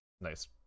Nice